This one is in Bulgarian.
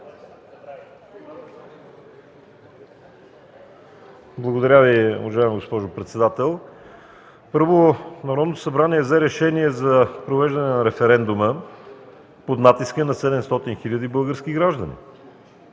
Благодаря Ви, уважаема госпожо председател. Първо, Народното събрание взе решение за провеждане на референдума под натиска на 700 хиляди български граждани.